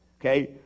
Okay